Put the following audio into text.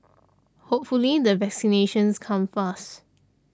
hopefully the vaccinations come fast